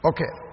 Okay